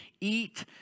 eat